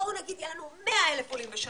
בואו נגיד יעלו 100,000 עולים בשנה,